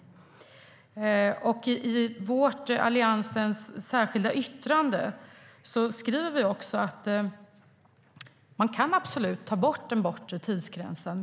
I Alliansens särskilda yttrande skriver vi också att man absolut kan ta bort den bortre tidsgränsen.